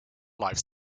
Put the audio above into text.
lives